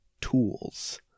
Tools